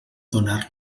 donar